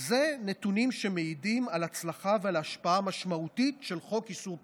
אלו נתונים שמעידים על הצלחה ועל השפעה משמעותית של חוק איסור פרסומות.